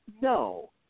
no